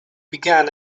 began